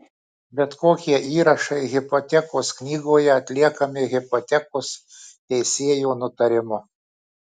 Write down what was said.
bet kokie įrašai hipotekos knygoje atliekami hipotekos teisėjo nutarimu